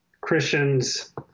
christians